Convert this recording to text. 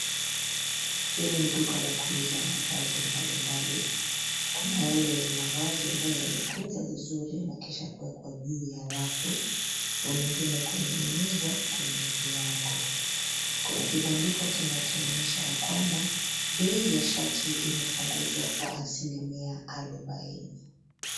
Hili ni duka la kuuza mavazi mbali mbali. Kuna yale mavazi ambayo yamekunjwa vizuri na kisha kuwekwa juu ya rafu na mengine kuning'inizwa kwenye viango. Kuna kibandiko kinachoonyesha ya kwamba, bei ya shati imepunguzwa kwa asilimia arubaini.